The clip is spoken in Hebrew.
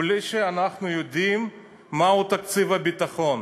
בלי שאנחנו יודעים מהו תקציב הביטחון?